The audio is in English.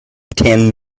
ten